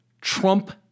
Trump